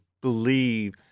believe